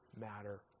matter